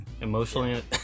emotionally